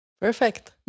Perfect